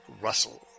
Russell